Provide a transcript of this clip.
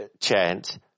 chance